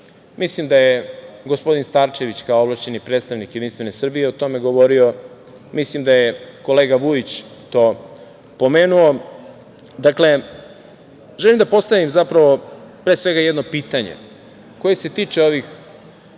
Mislim da je gospodin Starčević kao ovlašćeni predstavnik JS o tome govorio, mislim da je kolega Vujić to pomenuo. Želim da postavim pre svega jedno pitanje koje se tiče ovih